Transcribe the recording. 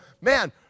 man